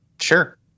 Sure